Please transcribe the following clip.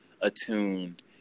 attuned